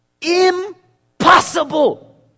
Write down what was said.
impossible